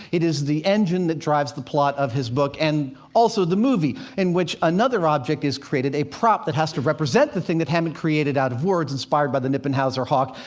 it is the engine that drives the plot of his book and also the movie, in which another object is created a prop that has to represent the thing that hammett created out of words, inspired by the kniphausen hawk,